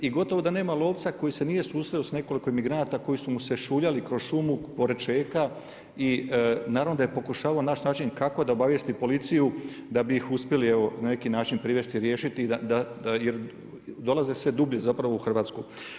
I gotovo da nema lovca koji se nije susreo s nekoliko emigranata koji su mu se šuljali kroz šumu pored … i naravno da je pokušavao naći način kako da obavijesti policiju da bi ih uspjeli evo na neki način privesti, riješiti jer dolaze sve dublje zapravo u Hrvatsku.